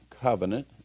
covenant